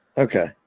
Okay